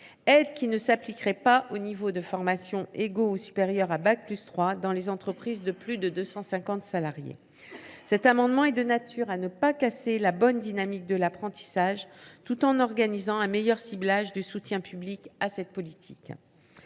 aide ne s’appliquerait pas aux niveaux de formation égaux ou supérieurs à bac+3 dans les entreprises de plus de 250 salariés. L’adoption de cet amendement permettrait de ne pas casser la bonne dynamique de l’apprentissage tout en organisant un meilleur ciblage du soutien public à cette politique.